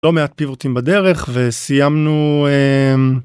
לא מעט פיבוטים בדרך, וסיימנו, אמ...